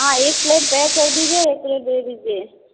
हाँ एक plate pack कर दीजिए और एक प्लेट दे दीजिए